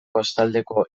kostaldeko